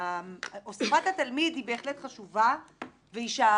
הוספת התלמיד היא בהחלט חשובה והישארות